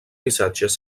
missatges